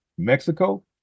Mexico